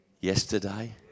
yesterday